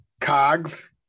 Cogs